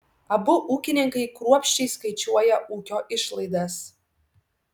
abu ūkininkai kruopščiai skaičiuoja ūkio išlaidas